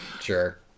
sure